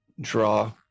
draw